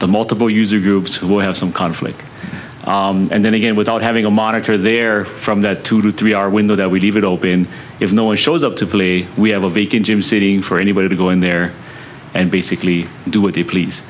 the multiple user groups who have some conflict and then again without having a monitor there from that two to three hour window that we leave it open if no one shows up to bully we have a week in gym sitting for anybody to go in there and basically do what you please